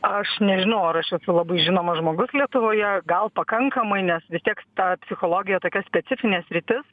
aš nežinau ar aš esu labai žinomas žmogus lietuvoje gal pakankamai nes vis tiek ta psichologija tokia specifinė sritis